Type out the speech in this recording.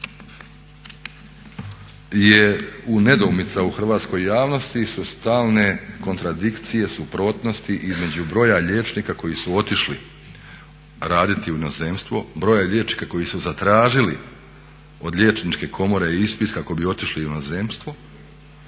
je nedoumica u hrvatskoj javnosti su stalne kontradikcije, suprotnosti između broja liječnika koji su otišli raditi u inozemstvu, broja liječnika koji su zatražili od Liječničke komore ispis kako bi otišli u inozemstvo.